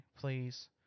please